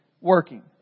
working